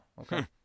okay